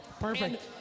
Perfect